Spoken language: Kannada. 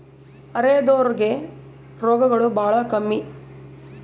ಅರೆದೋರ್ ಗೆ ರೋಗಗಳು ಬಾಳ ಕಮ್ಮಿ